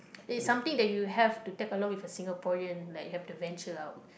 is something that you have to tag along with a Singaporean like you have to venture out